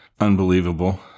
unbelievable